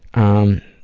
um,